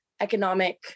economic